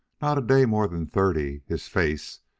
not a day more than thirty, his face,